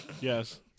Yes